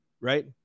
right